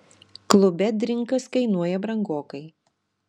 klube drinkas kainuoja brangokai